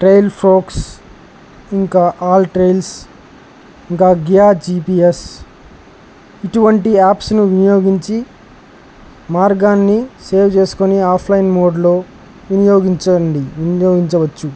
trial frocks ఇంకా AllTrails ఇంకా Gaia GPS ఇటువంటి యాప్స్ను వినియోగించి మార్గాన్ని సేవ్ చేసుకొని ఆఫ్లైన్ మోడ్లో వినియోగించండి వినియోగించవచ్చు